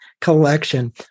Collection